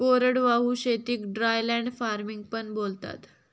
कोरडवाहू शेतीक dryland farming पण बोलतात